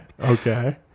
Okay